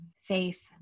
faith